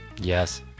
yes